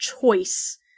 choice